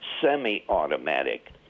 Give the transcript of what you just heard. semi-automatic